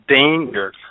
danger